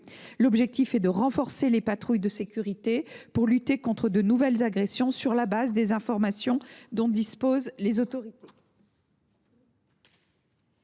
L’objectif est de renforcer les patrouilles de sécurité pour lutter contre de nouvelles agressions, sur la base des informations dont disposent les autorités.